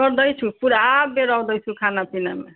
गर्दैछु पुरा बेराउँदैछु खानापिनामा